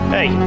Hey